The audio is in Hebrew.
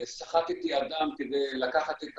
סחטתי אדם כדי לקחת את